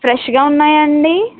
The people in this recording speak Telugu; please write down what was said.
ఫ్రెష్గా ఉన్నాయా అండి